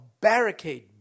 barricade